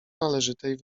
należytej